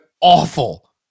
awful